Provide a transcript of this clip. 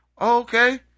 Okay